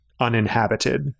uninhabited